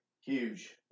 Huge